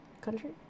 country